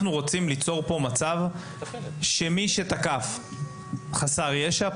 אנחנו רוצים ליצור כאן מצב שמי שתקף חסר ישע,